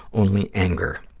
only anger.